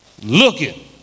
looking